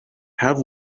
have